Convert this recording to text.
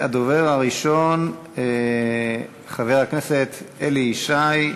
והדובר הראשון, חבר הכנסת אלי ישי.